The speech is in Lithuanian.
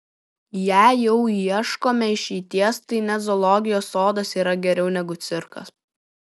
jei jau ieškome išeities tai net zoologijos sodas yra geriau negu cirkas